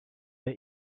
der